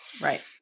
Right